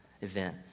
event